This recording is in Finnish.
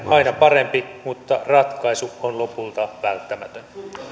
aina parempi mutta ratkaisu on lopulta välttämätön